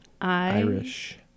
Irish